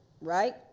Right